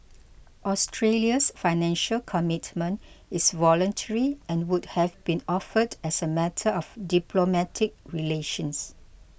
Australia's Financial Commitment is voluntary and would have been offered as a matter of diplomatic relations